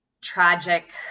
tragic